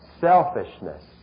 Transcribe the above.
selfishness